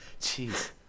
Jeez